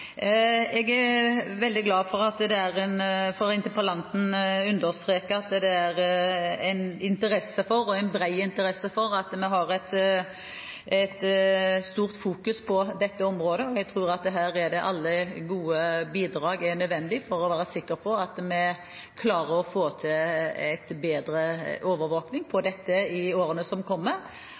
Jeg er veldig glad for at interpellanten understreker at det er bred interesse for å fokusere på dette området. Jeg tror at alle gode bidrag er nødvendig for å være sikker på at vi klarer å få til en bedre overvåkning av dette i årene som kommer.